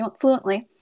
fluently